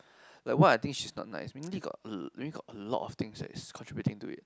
like what I think she not nice really got really got a lot thing that is contributing to it